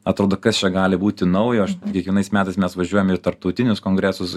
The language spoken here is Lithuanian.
atrodo kas čia gali būti naujo aš kiekvienais metais mes važiuojam į tarptautinius kongresus